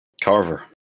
Carver